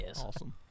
Awesome